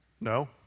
No